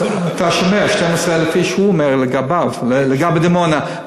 אתה שומע, הוא אומר 12,000 איש, לגבי דימונה.